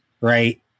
Right